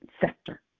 sector